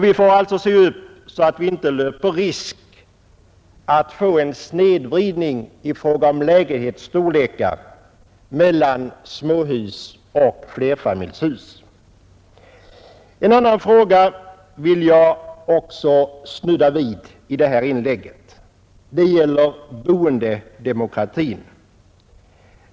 Vi får alltså se upp så att vi inte löper risk att få en sned fördelning i fråga om lägenhetsstorlekar mellan småhus och flerfamiljshus. Jag vill också snudda vid en annan fråga i detta inlägg. Den gäller boendedemokratin.